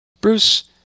Bruce